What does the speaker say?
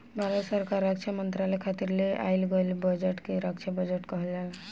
भारत सरकार रक्षा मंत्रालय खातिर ले आइल गईल बजट के रक्षा बजट कहल जाला